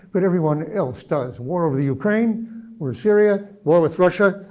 but everyone else does. war over the ukraine or syria, war with russia,